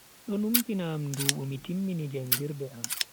Do numtina am ndubu mi timmini jangirde am.